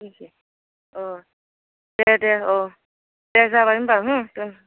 दोननोसै औ दे दे औ दे जाबाय होनबा दे